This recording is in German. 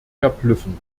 verblüffend